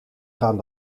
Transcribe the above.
gaan